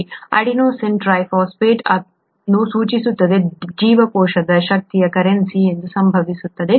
ಇದು adenosine triphosphate ಅನ್ನು ಸೂಚಿಸುತ್ತದೆ ಜೀವಕೋಶದ ಶಕ್ತಿಯ ಕರೆನ್ಸಿ ಎಂದು ಸಂಭವಿಸುತ್ತದೆ